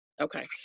Okay